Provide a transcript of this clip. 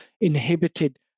inhibited